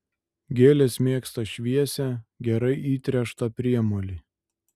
gėlės mėgsta šviesią gerai įtręštą priemolį